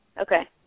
Okay